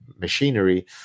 machinery